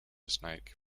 snake